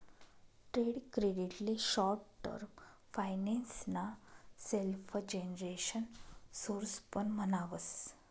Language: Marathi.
ट्रेड क्रेडिट ले शॉर्ट टर्म फाइनेंस ना सेल्फजेनरेशन सोर्स पण म्हणावस